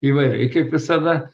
įvairiai kaip visada